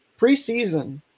preseason